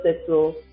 settle